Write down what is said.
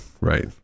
right